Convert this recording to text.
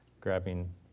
grabbing